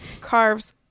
carves